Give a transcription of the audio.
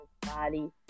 body